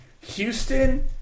Houston